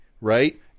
Right